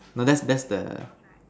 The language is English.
well that's that's the